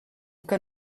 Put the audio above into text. que